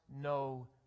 no